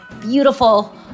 beautiful